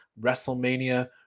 WrestleMania